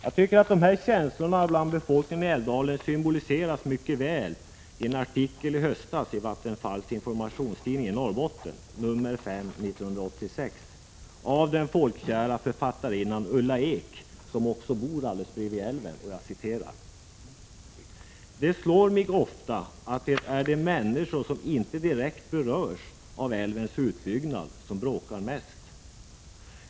De här känslorna bland befolkningen i älvdalen symboliseras mycket väl i en artikel i höstas i Vattenfalls informationstidning i Norrbotten, nr 5 1986, skriven av den folkkära författarinnan Ulla Ekh, som bor bredvid älven. Jag vill gärna citera vad hon skriver: ”Det slår mig ofta att det är de människor som inte direkt berörs av älvens utbyggnad som bråkar mest.